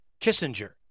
Kissinger